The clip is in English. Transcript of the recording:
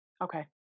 Okay